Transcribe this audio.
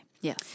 Yes